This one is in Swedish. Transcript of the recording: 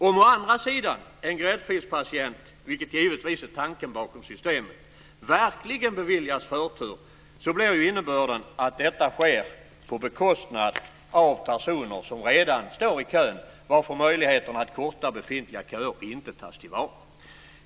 Om å andra sidan en gräddfilspatient, vilket givetvis är tanken bakom systemet, verkligen beviljas förtur blir ju innebörden att detta sker på bekostnad av personer som redan står i kön, varför möjligheterna att korta befintliga köer inte tas till vara.